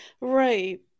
right